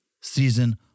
season